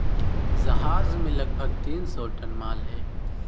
जहाज में लगभग तीन सौ टन माल है